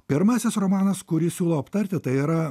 pirmasis romanas kuris siūlau aptarti tai yra